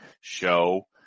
show